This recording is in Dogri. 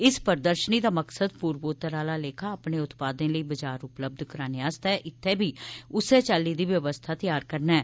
इस प्रदर्शनी दा मकसद पूर्वोत्तर आहला लेखा अपने उत्पादें लेई बजार उपलब्ध करोआने गितै इत्थे बी उस्सै चाल्ली दी बवस्था तैयार करना ऐ